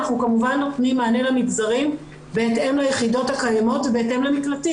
אנחנו כמובן נותנים מענה למגזרים בהתאם ליחידות הקיימות ובהתאם למקלטים.